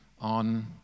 on